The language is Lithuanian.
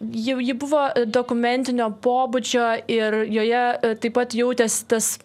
jau ji buvo dokumentinio pobūdžio ir joje taip pat jautėsi tas